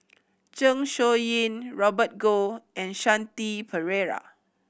Zeng Shouyin Robert Goh and Shanti Pereira